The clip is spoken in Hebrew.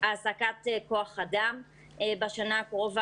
הנושא של העסקת כוח האדם בשנה הקרובה.